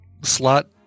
slot